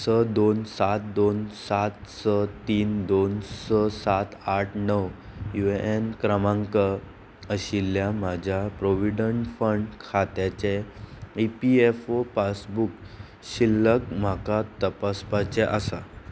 स दोन सात दोन सात स तीन दोन स सात आठ णव यु ए एन क्रमांक आशिल्ल्या म्हज्या प्रोविडंट फंड खात्याचे E P F O passbook शिल्लक म्हाका तपासपाचें आसा